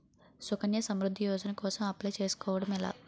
సుకన్య సమృద్ధి యోజన కోసం అప్లయ్ చేసుకోవడం ఎలా?